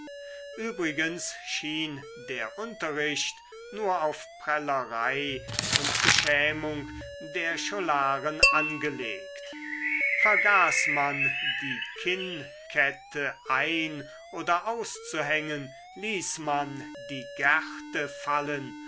übrigens schien der unterricht nur auf prellerei und beschämung der scholaren angelegt vergaß man die kinnkette ein oder auszuhängen ließ man die gerte fallen